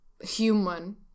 human